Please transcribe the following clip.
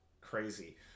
crazy